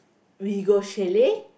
we go chalet